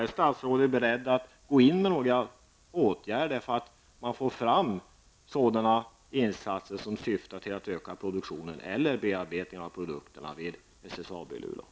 Är statsrådet beredd att vidta några åtgärder för att få fram insatser som syftar till att öka produktionen eller bearbetningen av produkterna vid SSAB i Luleå?